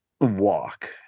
walk